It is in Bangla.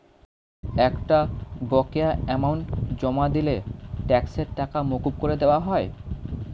একটা বকেয়া অ্যামাউন্ট জমা দিলে ট্যাক্সের টাকা মকুব করে দেওয়া হয়